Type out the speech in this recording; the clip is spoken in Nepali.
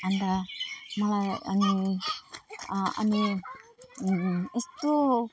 अन्त मलाई अनि अनि यस्तो